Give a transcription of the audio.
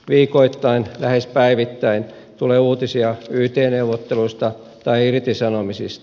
viikoittain lähes päivittäin tulee uutisia yt neuvotteluista tai irtisanomisista